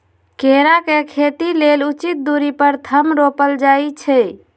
केरा के खेती लेल उचित दुरी पर थम रोपल जाइ छै